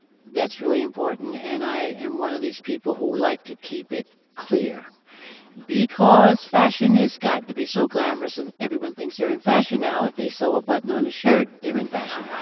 that's really important and i am one of these people who like to keep it clear because fashion has gotten to be so glamorous and everyone thinks you're in fashion now. if they sew a button on a shirt, they're in fashion.